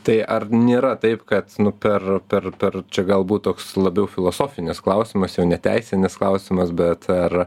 tai ar nėra taip kad per per per čia galbūt toks labiau filosofinis klausimas jau ne teisinis klausimas bet ar